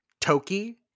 Toki